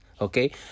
Okay